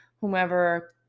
whomever